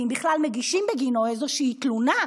ואם בכלל מגישים בגינו איזושהי תלונה,